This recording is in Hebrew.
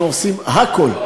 אנחנו עושים הכול,